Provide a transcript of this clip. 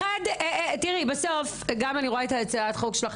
אני גם רואה את הצעת החוק שלך,